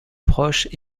proche